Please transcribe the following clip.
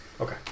Okay